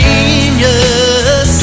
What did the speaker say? Genius